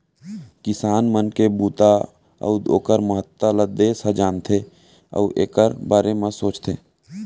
किसान मन के बूता अउ ओकर महत्ता ल देस ह जानथे अउ एकर बारे म सोचथे